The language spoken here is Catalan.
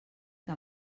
que